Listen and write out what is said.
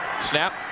Snap